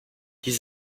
dies